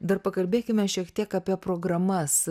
dar pakalbėkime šiek tiek apie programas